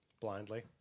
Blindly